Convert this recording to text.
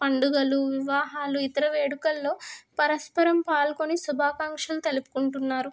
పండుగలు వివాహాలు ఇతర వేడుకల్లో పరస్పరం పాల్కొల్గొని శుభాకాంక్షలు తెలుపుకుంటున్నారు